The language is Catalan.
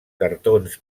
cartons